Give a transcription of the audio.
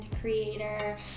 creator